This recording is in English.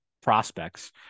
prospects